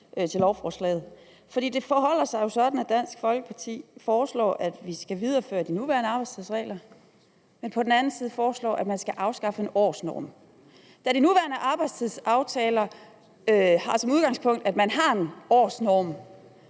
Det forholder sig jo sådan, at Dansk Folkeparti foreslår, at vi skal videreføre de nuværende arbejdstidsregler, men også på den anden side foreslår, at man skal afskaffe en årsnorm. Da de nuværende arbejdstidsaftaler har som udgangspunkt, at man har en årsnorm,